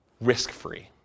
risk-free